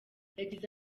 yagize